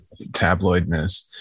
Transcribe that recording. tabloidness